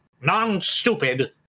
non-stupid